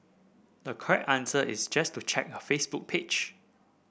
the correct answer is just to check her Facebook page